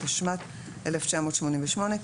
התשמ"ט-1988,